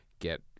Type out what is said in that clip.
get